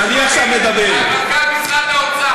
על מנכ"ל משרד האוצר?